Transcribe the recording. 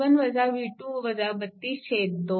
i2 2